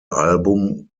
album